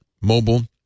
mobile